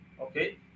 okay